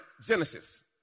Genesis